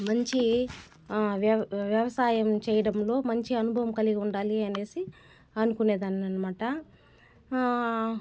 మంచి వ్యవ వ్యవసాయం చేయడంలో మంచి అనుభవం కలిగి ఉండాలి అనేసి అనుకునేదాన్ని అనమాట